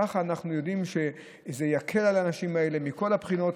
ככה אנחנו יודעים שזה יקל על האנשים האלה מכל הבחינות.